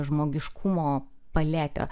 žmogiškumo paletę